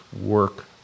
work